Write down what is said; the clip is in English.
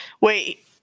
Wait